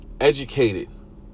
educated